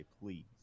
please